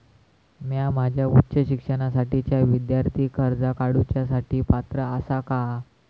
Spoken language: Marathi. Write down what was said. म्या माझ्या उच्च शिक्षणासाठीच्या विद्यार्थी कर्जा काडुच्या साठी पात्र आसा का?